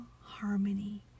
harmony